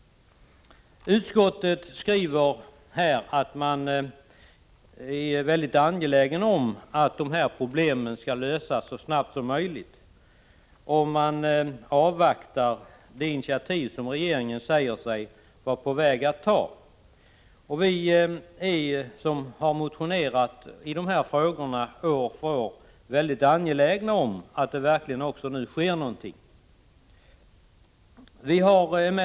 Utskottet skriver att man är mycket angelägen om att dessa problem skall lösas så snart som möjligt och att man avvaktar det initiativ som regeringen säger sig vara på väg att ta. Vi som år efter år har motionerat om de här frågorna är mycket angelägna om att det nu verkligen sker någonting.